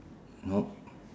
nope